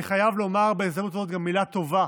אני חייב לומר בהזדמנות הזו גם מילה טובה